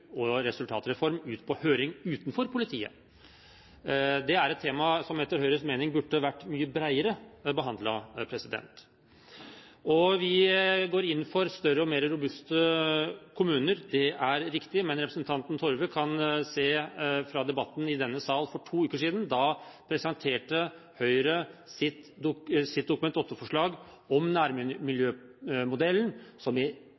og resultatreform ut på høring utenfor politiet. Det er et tema som etter Høyres mening burde vært mye bredere behandlet. Vi går inn for større og mer robuste kommuner, det er riktig, men representanten Torve kan se på debatten i denne sal for to uker siden. Da presenterte Høyre sitt Dokument 8-forslag om nærmiljømodellen, som